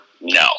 No